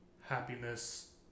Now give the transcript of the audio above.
happiness